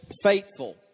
faithful